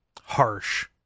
harsh